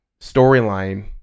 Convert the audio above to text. storyline